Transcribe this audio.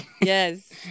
yes